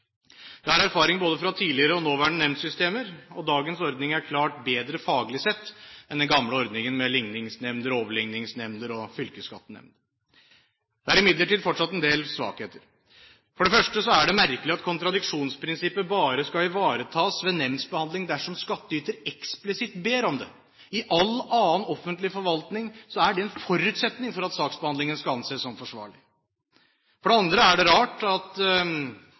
Jeg har erfaring både fra tidligere og nåværende nemndsystemer, og dagens ordning er klart bedre, faglig sett, enn den gamle ordningen med ligningsnemnder og overligningsnemnder og fylkesskattenemnd. Det er imidlertid fortsatt en del svakheter. For det første er det merkelig at kontradiksjonsprinsippet bare skal ivaretas ved nemndbehandling dersom skattyter eksplisitt ber om det. I all annen offentlig forvaltning er det en forutsetning at dette skjer for at saksbehandlingen skal anses som forsvarlig. For det andre er det klart at